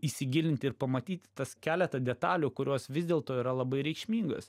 įsigilinti ir pamatyti tas keletą detalių kurios vis dėlto yra labai reikšmingos